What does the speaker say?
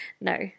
No